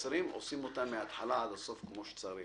עושים אותן מהתחלה עד הסוף כמו שצריך.